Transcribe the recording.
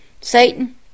Satan